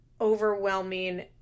overwhelming